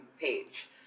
page